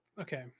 okay